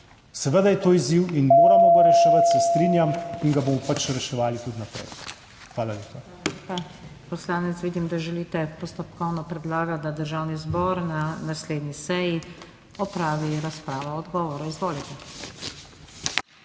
Seveda je to izziv in moramo ga reševati, se strinjam. In ga bomo pač reševali tudi naprej. Hvala lepa. **PODPREDSEDNICA NATAŠA SUKIČ:** Poslanec, vidim, da želite postopkovno predlagati, da Državni zbor na naslednji seji opravi razprava o odgovoru, izvolite.